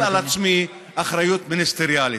אני נוטל על עצמי אחריות מיניסטריאלית.